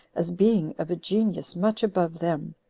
as being of a genius much above them,